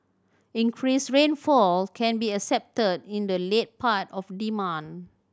increased rainfall can be expected in the late part of the month